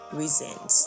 reasons